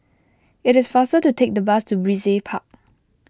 it is faster to take the bus to Brizay Park